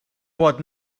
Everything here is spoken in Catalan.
pot